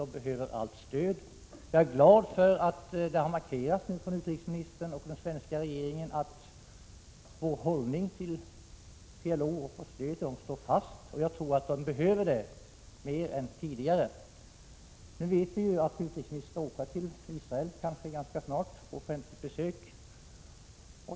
De behöver allt stöd. Jag är glad över att utrikesministern och svenska regeringen har markerat vår hållning till PLO — vårt stöd till palestinierna står fast. Jag tror att palestinierna behöver det mer än tidigare. Vi vet att utrikesministern, kanske ganska snart, skall åka till Israel på officiellt besök.